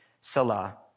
Salah